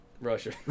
Russia